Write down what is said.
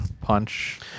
punch